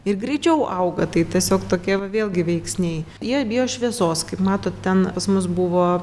ir greičiau auga tai tiesiog tokie va vėlgi veiksniai jie bijo šviesos kaip matot ten pas mus buvo